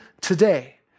today